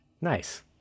Nice